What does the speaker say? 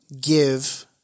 give